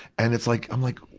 and it's like, i'm like,